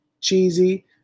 Cheesy